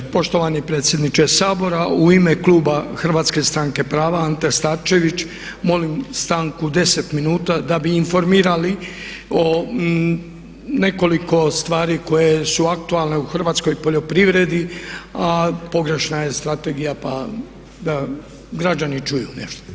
Poštovani predsjedniče Sabora, u ime kluba Hrvatske stranke prava Ante Starčević molim stanku 10 minuta da bi informirali o nekoliko stvari koje su aktualne u hrvatskoj poljoprivredi, a pogrešna je strategija pa da građani čuju nešto.